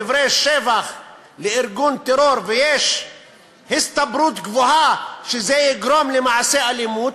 דברי שבח לארגון טרור ויש הסתברות גבוהה שזה יגרום למעשה אלימות,